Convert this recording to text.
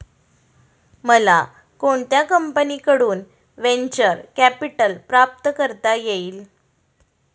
मला कोणत्या कंपनीकडून व्हेंचर कॅपिटल प्राप्त करता येईल?